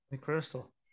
crystal